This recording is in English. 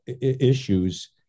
issues